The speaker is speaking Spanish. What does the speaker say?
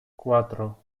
cuatro